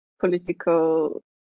political